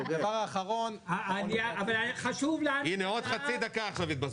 הדבר האחרון --- היה חשוב לאן --- הנה עוד חצי דקה עכשיו התבזבזה.